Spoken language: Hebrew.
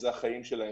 אלה החיים שלהם.